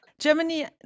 Germany